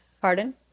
Pardon